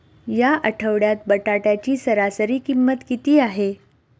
या आठवड्यात बटाट्याची सरासरी किंमत किती आहे?